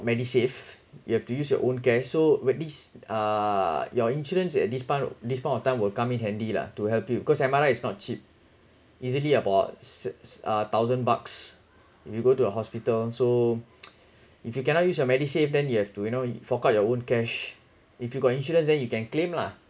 medisave you have to use your own cash so with this uh your insurance at this part this part of time will come in handy lah to help you because M_R_I is not cheap easily about six uh thousand bucks if you go to a hospital so if you cannot use your medisave then you have to you know you forgot your own cash if you got insurance then you can claim lah